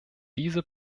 diese